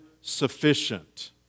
sufficient